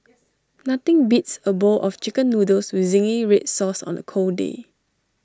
nothing beats A bowl of Chicken Noodles with Zingy Red Sauce on A cold day